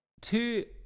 Two